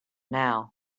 now